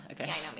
okay